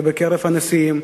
אם זה בקרב הנשיאים,